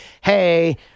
hey